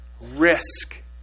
risk